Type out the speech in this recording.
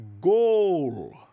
Goal